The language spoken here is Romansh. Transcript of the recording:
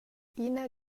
ina